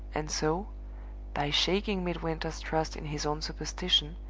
and so by shaking midwinter's trust in his own superstition,